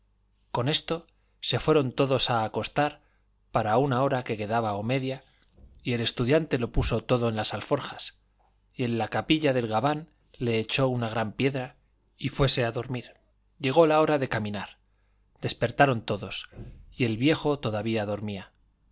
con esto se fueron todos a acostar para una hora que quedaba o media y el estudiante lo puso todo en las alforjas y en la capilla del gabán le echó una gran piedra y fuese a dormir llegó la hora de caminar despertaron todos y el viejo todavía dormía